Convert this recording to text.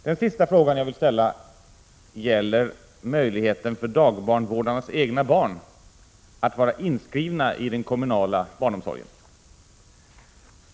Den sista fråga som jag vill ställa gäller möjligheter för dagbarnvårdares egna barn att vara inskrivna i den kommunala barnomsorgen.